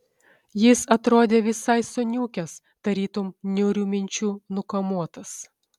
jis atrodė visai suniukęs tarytum niūrių minčių nukamuotas